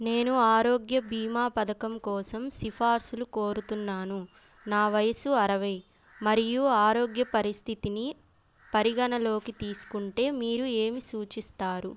నేను ఆరోగ్య బీమా పథకం కోసం సిఫార్సులు కోరుతున్నాను నా వయస్సు అరవై మరియు ఆరోగ్య పరిస్థితిని పరిగణనలోకి తీసుకుంటే మీరు ఏమి సూచిస్తారు